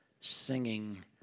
singing